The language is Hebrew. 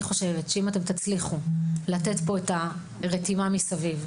אני מקווה שתצליחו לרתום פה מסביב.